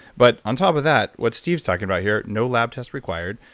but on top of that, what steve's talking about here, no lab test required.